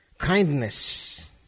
kindness